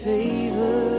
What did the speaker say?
Favor